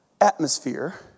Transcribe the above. atmosphere